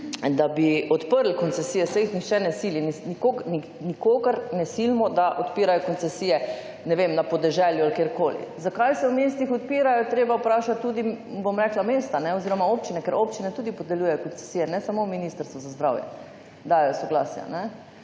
saj jih nihče ne sili. Mi nikogar ne silimo, da odpirajo koncesije, ne vem, na podeželju ali kjerkoli. Zakaj se v mestih odpirajo je treba vprašati tudi, bom rekla mesta oziroma občine, ker občine tudi podeljujejo koncesije, ne samo Ministrstvo za zdravje dajejo soglasja.